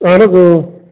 اہن حظ